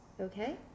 okay